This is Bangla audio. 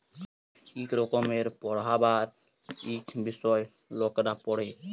ইক রকমের পড়্হাবার ইক বিষয় লকরা পড়হে